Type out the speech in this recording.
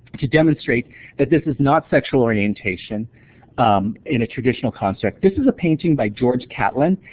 to demonstrate that this is not sexual orientation in a traditional construct. this is a painting by george catlin,